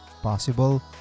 possible